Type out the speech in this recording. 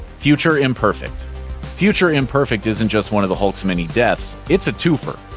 future imperfect future imperfect isn't just one of the hulk's many deaths, it's a two-fer.